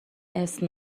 اسم